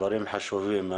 דברים חשובים.